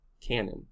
Canon